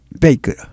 Baker